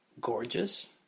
gorgeous